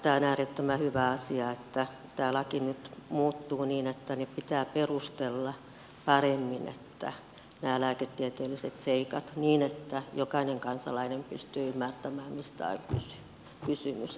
tämä on äärettömän hyvä asia että tämä laki nyt muuttuu niin että nämä lääketieteelliset seikat pitää perustella paremmin niin että jokainen kansalainen pystyy ymmärtämään mistä on kysymys